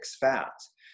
fats